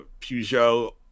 Peugeot